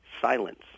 silence